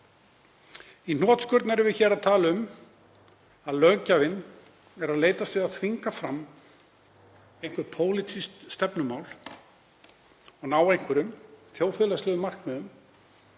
Í hnotskurn erum við hér að tala um að löggjafinn sé að leitast við að þvinga fram eitthvert pólitískt stefnumál og ná einhverjum þjóðfélagslegum markmiðum